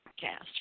cast